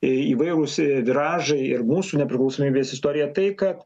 įvairūs viražai ir mūsų nepriklausomybės istorija tai kad